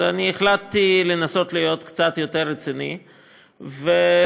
החלטתי לנסות להיות קצת יותר רציני ולנסות